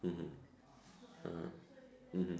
mmhmm ah mmhmm